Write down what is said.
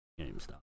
GameStop